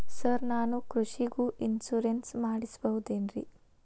Sir ನಾನು ಕೃಷಿಗೂ insurance ಮಾಡಸಬಹುದೇನ್ರಿ?